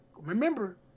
Remember